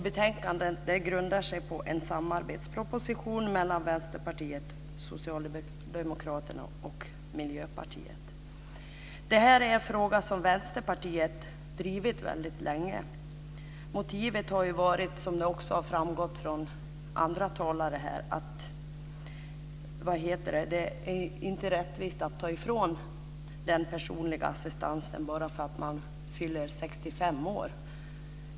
Betänkandet grundar sig på en samarbetsproposition mellan Vänsterpartiet, Socialdemokraterna och Det här är en fråga som Vänsterpartiet har drivit väldigt länge. Motivet har ju varit, som också har framgått av andra talare här, att det inte är rättvist att ta bort den personliga assistansen bara för att man fyller 65 år.